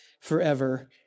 forever